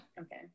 okay